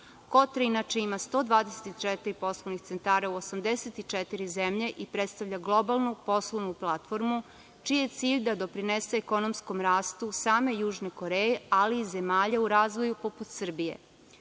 „Kotra“ inače ima 124 poslovnih centara u 84 zemlje i predstavlja globalnu poslovnu platformu čiji je cilj da doprinese ekonomskom rastu same Južne Koreje, ali i zemalja u razvoju poput Srbije.